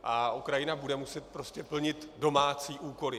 A Ukrajina bude muset prostě plnit domácí úkoly.